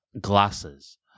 glasses